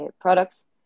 products